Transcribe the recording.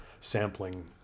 sampling